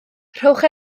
rhowch